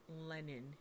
Lenin